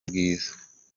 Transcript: bwiza